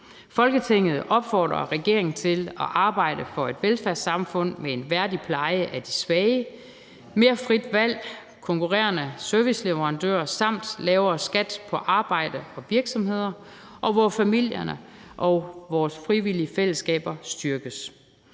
Folketinget opfordrer regeringen til at arbejde for et velfærdssamfund med værdig pleje af de svage, mere frit valg, konkurrerende serviceleverandører samt lavere skat på arbejde og virksomheder, og hvor familierne og vores frivillige fællesskaber styrkes.